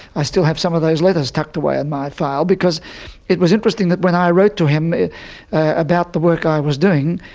i still have some of those letters tucked away in my file. it was interesting that when i wrote to him about the work i was doing,